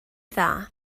dda